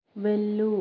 వెళ్ళు